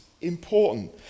important